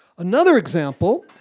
another example,